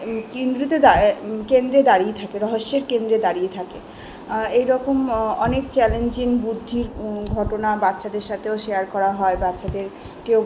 এই কেন্দ্রেতে দা কেন্দ্রে দাঁড়িয়ে থাকে রহস্যের কেন্দ্রে দাঁড়িয়ে থাকে এই রকম অনেক চ্যালেঞ্জিং বুদ্ধির ঘটনা বাচ্চাদের সাথেও শেয়ার করা হয় বাচ্চাদেরকে